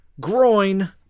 groin